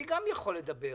גם אני יכול לדבר.